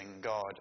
God